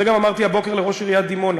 את זה גם אמרתי הבוקר לראש עיריית דימונה,